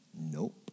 nope